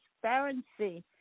transparency